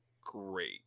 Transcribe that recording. great